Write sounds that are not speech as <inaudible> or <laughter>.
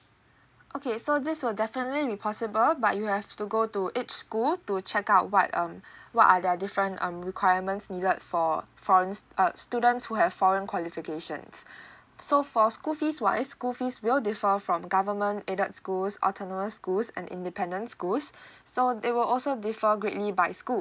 okay so this will definitely be possible but you have to go to each school to check out what um what are their different um requirements needed for foreign uh students who have foreign qualifications <breath> so for school fees wise school fees will differ from government aided schools autonomous schools and independent schools so they will also differ greatly by school